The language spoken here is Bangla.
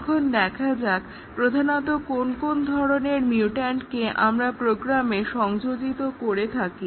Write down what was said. এখন দেখা যাক প্রধানত কোন কোন ধরনের মিউট্যান্টকে আমরা প্রোগ্রামে সংযোজিত করে থাকি